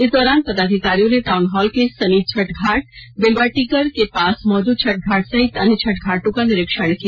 इस दौरान पदाधिकारियों ने टाउन हॉल के समीप छठ घाट बेलवाटिकर पम्पुकल के पास मौजूद छठ घाट सहित अन्य छठ घाटों का निरीक्षण किया